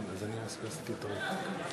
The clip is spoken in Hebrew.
ובכן,